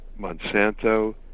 Monsanto